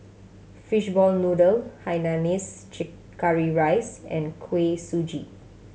fishball noodle Hainanese curry rice and Kuih Suji